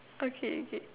okay okay